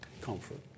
comfort